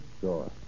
Sure